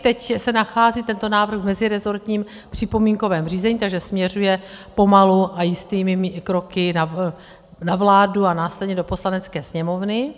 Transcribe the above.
Teď se nachází tento návrh v meziresortním připomínkovém řízení, takže směřuje pomalu a jistými kroky na vládu a následně do Poslanecké sněmovny.